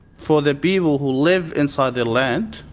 for the people who live inside the land,